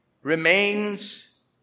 remains